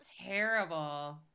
terrible